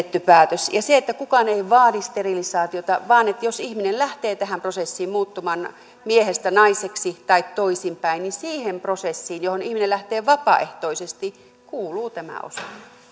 vedetty päätös ja kukaan ei vaadi sterilisaatiota vaan jos ihminen lähtee tähän prosessiin muuttumaan miehestä naiseksi tai toisinpäin niin siihen prosessiin johon ihminen lähtee vapaaehtoisesti kuuluu tämä